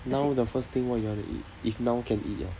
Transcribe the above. now the first thing what you want to eat if now can eat liao